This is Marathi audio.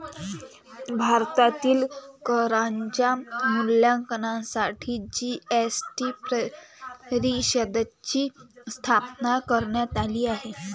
भारतातील करांच्या मूल्यांकनासाठी जी.एस.टी परिषदेची स्थापना करण्यात आली आहे